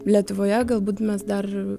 lietuvoje galbūt mes dar